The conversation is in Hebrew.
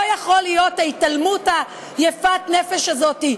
לא יכולה להיות ההתעלמות יפת-הנפש הזאת.